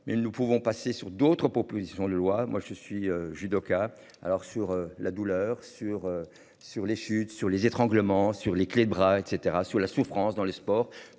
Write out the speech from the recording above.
mais nous pouvons passer sur d'autres propositions de loi, moi je suis judoka alors sur la douleur sur sur les chutes sur les étranglements sur les clés de bras et caetera, sur la souffrance dans le sport.